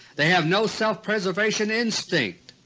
they have no self-preservation instinct,